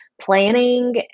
planning